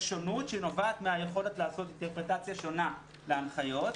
יש שונות שנובעת מהיכולת לעשות אינטרפרטציה שונה להנחיות,